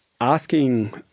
asking